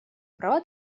права